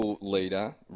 leader